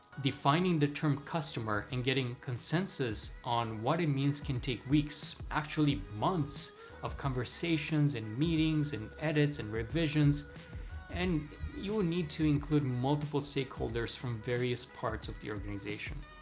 defining the term customer and getting consensus on what it means can take weeks, actually months of conversations and meetings and edits and revisions and you will need to include multiple stakeholders from various parts of the organization.